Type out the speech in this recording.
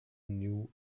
new